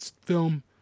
film